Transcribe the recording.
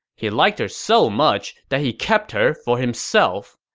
he liked her so much that he kept her for himself.